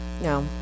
No